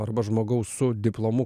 arba žmogaus su diplomu